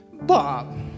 Bob